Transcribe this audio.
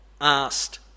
asked